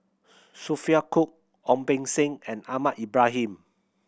Sophia Cooke Ong Beng Seng and Ahmad Ibrahim